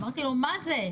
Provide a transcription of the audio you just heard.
אמרתי לו: מה זה?